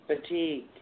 Fatigue